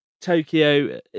Tokyo